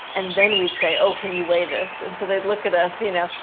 and then we'd say, oh, can you weigh this? and so they'd look at us, you know?